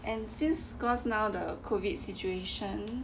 and since cause now the COVID situation